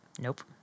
Nope